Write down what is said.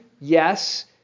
yes